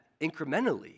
incrementally